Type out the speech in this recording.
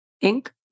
ink